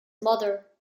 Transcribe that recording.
mother